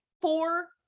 four